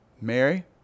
Mary